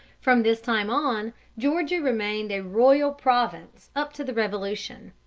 from this time on georgia remained a royal province up to the revolution.